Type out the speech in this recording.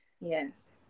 Yes